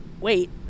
Wait